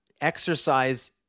exercise